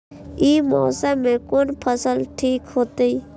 ई मौसम में कोन फसल ठीक होते?